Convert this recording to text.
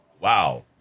Wow